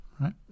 right